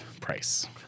price